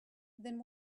then